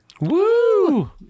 Woo